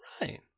right